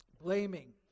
Blaming